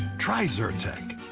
try zyrtec.